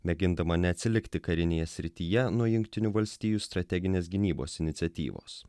mėgindama neatsilikti karinėje srityje nuo jungtinių valstijų strateginės gynybos iniciatyvos